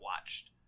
watched